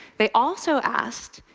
they also asked,